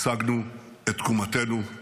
השגנו את תקומתנו,